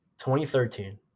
2013